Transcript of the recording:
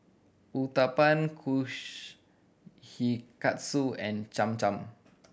Uthapam Kushikatsu and Cham Cham